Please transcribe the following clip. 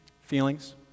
Feelings